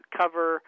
cover